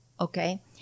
okay